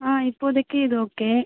ஆ இப்போதைக்கு இது ஓகே